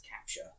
capture